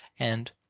and,